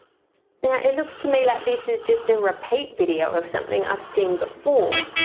now it looks to me like this is just a repeat video of something i've seen before.